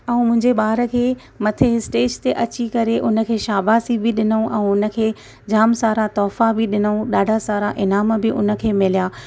ऐं मुंहिंजे ॿारु खे मथे स्टेज ते अची करे उनखे शाबाशी बि ॾिनऊं ऐं उनखे जाम सारा तोहफ़ा बि ॾिनऊं ॾाढा सारा ईनाम बि उनखे मिलिया